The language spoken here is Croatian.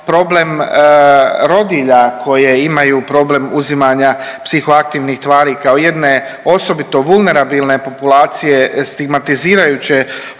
problem rodilja koje imaju problem uzimanja psihoaktivnih tvari kao jedne osobito vulnerabilne populacije stigmatizirajuće